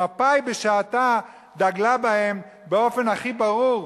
שמפא"י בשעתו דגלה בהם באופן הכי ברור.